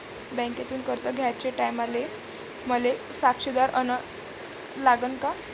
बँकेतून कर्ज घ्याचे टायमाले मले साक्षीदार अन लागन का?